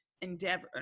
endeavor